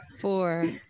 Four